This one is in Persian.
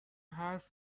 حرف